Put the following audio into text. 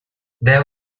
there